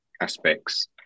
aspects